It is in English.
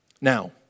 Now